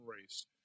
race